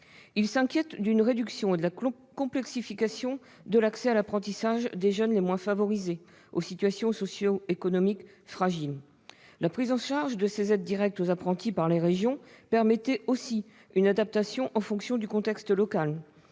Ils s'inquiètent d'une réduction et de la complexification de l'accès à l'apprentissage pour les jeunes les moins favorisés, aux situations socio-économiques fragiles. La prise en charge de ces aides directes aux apprentis par les régions permettait aussi une adaptation en fonction du contexte local,